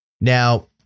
Now